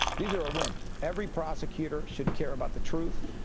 these are a win every prosecutor should care about the truth,